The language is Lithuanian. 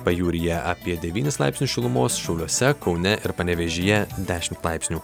pajūryje apie devynis laipsnius šilumos šiauliuose kaune ir panevėžyje dešimt laipsnių